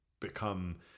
become